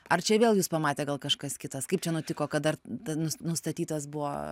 ar čia vėl jus pamatė gal kažkas kitas kaip čia nutiko kad dar t nus nustatytas buvo